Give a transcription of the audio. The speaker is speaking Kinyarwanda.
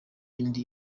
indi